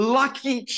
lucky